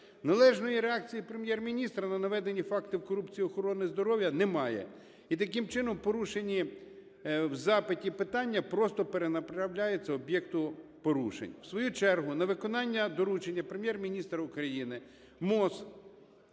Належної реакції Прем'єр-міністра на наведені факти в корупції охорони здоров'я немає. І, таким чином, порушені в запиті питання просто перенаправляються об'єкту порушень. В свою чергу на виконання доручення Прем'єр-міністра України МОЗ